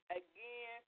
again